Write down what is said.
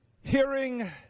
hearing